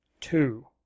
two